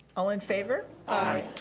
all in favor? aye.